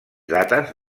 dates